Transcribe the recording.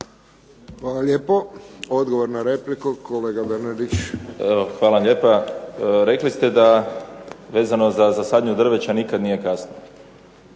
Hvala lijepo. Odgovor na repliku, kolega Bernardić. **Bernardić, Davor (SDP)** Hvala lijepa. Rekli ste da vezano za sadnju drveća nikad nije kasno.